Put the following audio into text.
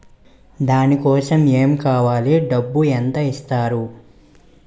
దాని కోసం ఎమ్ కావాలి డబ్బు ఎంత ఇస్తారు?